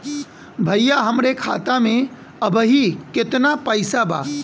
भईया हमरे खाता में अबहीं केतना पैसा बा?